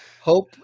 Hope